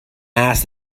asked